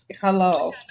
hello